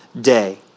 day